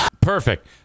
perfect